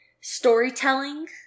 storytelling